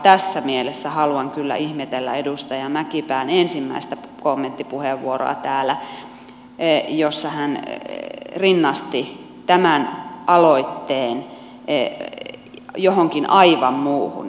tässä mielessä haluan kyllä ihmetellä edustaja mäkipään ensimmäistä kommenttipuheenvuoroa täällä jossa hän rinnasti tämän aloitteen johonkin aivan muuhun